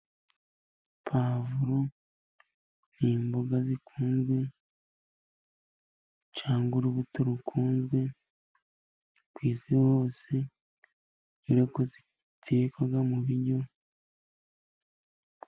Pavuro ni imboga zikunzwe cyangwa urubuto rukunzwe ku isi yose kuko zitekwa mu biryo.